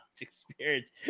Experience